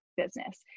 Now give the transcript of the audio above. Business